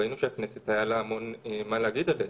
ראינו שלכנסת היה המון מה להגיד עליהן.